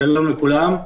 שלום לכולם,